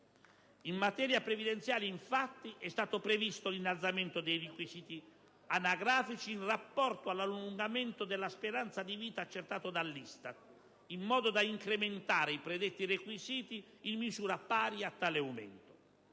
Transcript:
In materia previdenziale, infatti, è stato previsto l'innalzamento dei requisiti anagrafici in rapporto all'allungamento della speranza di vita accertato dall'ISTAT, in modo da incrementare i predetti requisiti in misura pari a tale aumento.